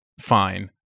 fine